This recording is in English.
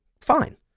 Fine